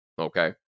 Okay